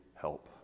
help